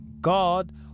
God